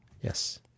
Yes